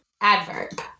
Adverb